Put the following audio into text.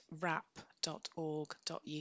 wrap.org.uk